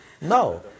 No